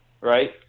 Right